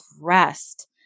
rest